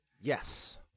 Yes